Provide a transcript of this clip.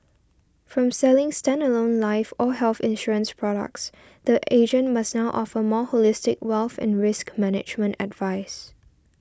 from selling standalone life or health insurance products the agent must now offer more holistic wealth and risk management advice